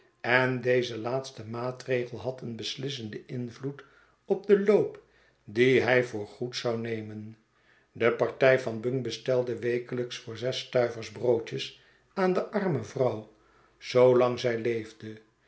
en deze laatste maatregel had een beslissenden invloed op den loop dien hij voor goed zou nemen de partij van bung bestelde wekelijks voor zes stuivers broodjes aan de arme vrouw zoolang zij leefde